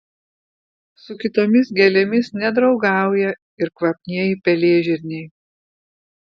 su kitomis gėlėmis nedraugauja ir kvapnieji pelėžirniai